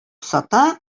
сата